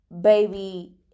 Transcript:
baby